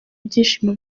ibyishimo